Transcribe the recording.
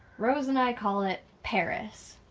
rose and i call it paris.